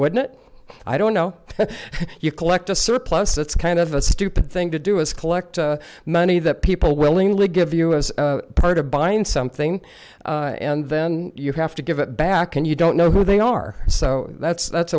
wouldn't it i don't know you collect a surplus it's kind of a stupid thing to do is collect money that people willingly give you as part of buying something and then you have to give it back and you don't know who they are so that's that's